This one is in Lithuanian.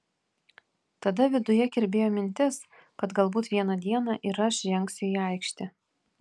tada viduje kirbėjo mintis kad galbūt vieną dieną ir aš žengsiu į aikštę